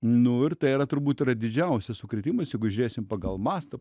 nu ir tai yra turbūt yra didžiausias sukrėtimas jeigu žiūrėsim pagal mastą